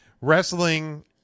wrestling